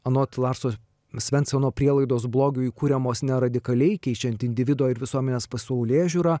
anot larso svenseno prielaidos blogiui kuriamos ne radikaliai keičiant individo ir visuomenės pasaulėžiūrą